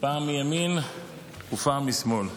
פעם מימין ופעם משמאל,